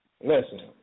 Listen